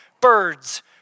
birds